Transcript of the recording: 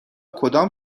کدام